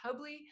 Hubley